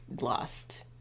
lost